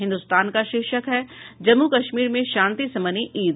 हिन्दुस्तान का शीर्षक है जम्मू कश्मीर में शांति से मनी ईद